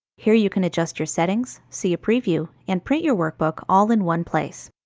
here you can adjust your settings, see a preview, and print your workbook all in one place.